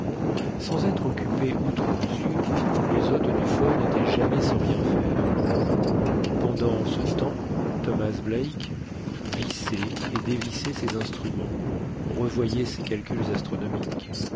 sans être occupés outre mesure les hôtes du fort n'étaient jamais sans rien faire pendant ce temps thomas black vissait et dévissait ses instruments revoyait ses calculs astronomiques